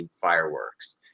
fireworks